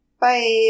Bye